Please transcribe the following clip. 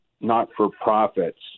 not-for-profits